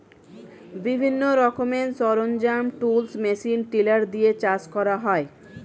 বিভিন্ন রকমের সরঞ্জাম, টুলস, মেশিন টিলার দিয়ে চাষ করা হয়